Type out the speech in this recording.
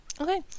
okay